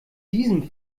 diesem